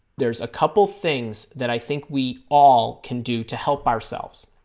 there's a couple things that i think we all can do to help ourselves